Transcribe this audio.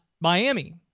Miami